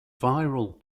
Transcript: viral